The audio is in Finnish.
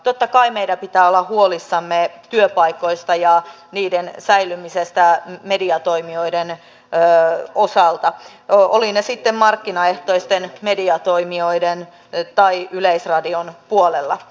totta kai meidän pitää olla huolissamme työpaikoista ja niiden säilymisestä mediatoimijoiden osalta olivat ne sitten markkinaehtoisten mediatoimijoiden tai yleisradion puolella